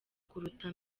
kuruta